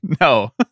no